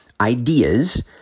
ideas